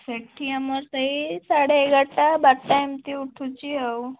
ସେଠି ଆମର ସେଇ ସାଢ଼େ ଏଗାରଟା ବାରଟା ଏମତି ଉଠୁଛି ଆଉ